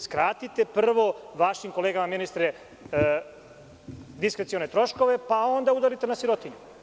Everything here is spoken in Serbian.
Skratite prvo vašim kolegama, ministre, diskrecione troškove, pa onda udarite na sirotinju.